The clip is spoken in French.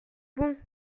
bon